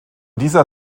dieser